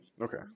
Okay